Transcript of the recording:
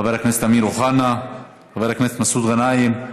חבר הכנסת אמיר אוחנה, חבר הכנסת מסעוד גנאים,